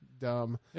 dumb